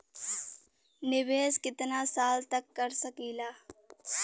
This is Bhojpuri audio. निवेश कितना साल तक कर सकीला?